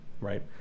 right